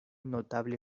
notable